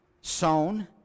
sown